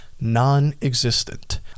non-existent